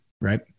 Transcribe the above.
right